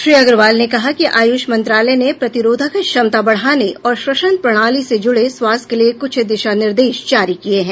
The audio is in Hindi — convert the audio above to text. श्री अग्रवाल ने कहा कि आयुष मंत्रालय ने प्रतिरोधक क्षमता बढ़ाने और श्वसन प्रणाली से जुड़े स्वास्थ्य के लिए कुछ दिशानिर्देश जारी किए हैं